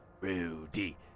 Rudy